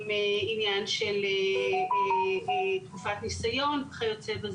עם עניין של תקופת ניסיון וכיו"ב.